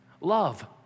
Love